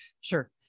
Sure